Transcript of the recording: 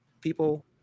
people